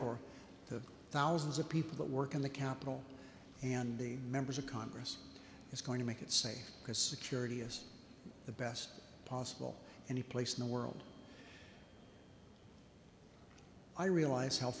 for the thousands of people that work in the capital and the members of congress is going to make it safe because security is the best possible anyplace in the world i realize how